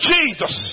Jesus